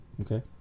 Okay